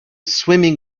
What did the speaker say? swimming